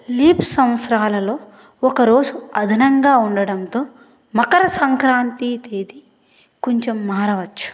leap సంవత్సరాలలో ఒక రోజు అదనంగా ఉండడంతో మకర సంక్రాంతి తేదీ కొంచెం మారవచ్చు